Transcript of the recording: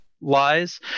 lies